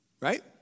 Right